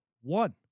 One